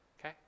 Okay